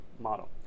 model